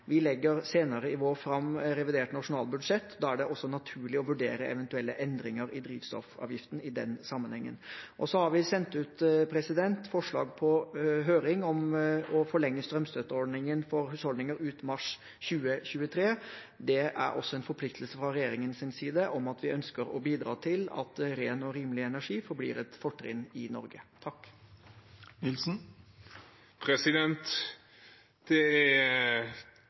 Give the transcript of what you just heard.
Vi legger senere i vår fram revidert nasjonalbudsjett. Da er det også naturlig å vurdere eventuelle endringer i drivstoffavgiften i den sammenhengen. Vi har sendt på høring et forslag om å forlenge strømstøtteordningen for husholdninger ut mars 2023. Det er også en forpliktelse fra regjeringens side om at vi ønsker å bidra til at ren og rimelig energi forblir et fortrinn i Norge. Det er akkurat derfor vi tar til orde for å redusere den prisdriveren økte strømpriser og drivstoffpriser er.